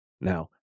Now